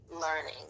learning